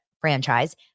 franchise